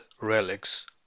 relics